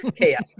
chaos